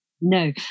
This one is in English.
No